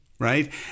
Right